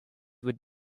would